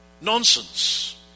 Nonsense